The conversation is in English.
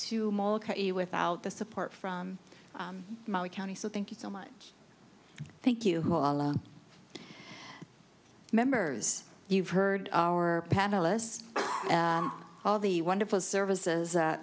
to you without the support from the county so thank you so much thank you members you've heard our panelists all the wonderful services